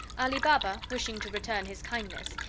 ali baba, wishing to return his kindness,